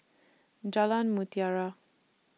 Jalan Mutiara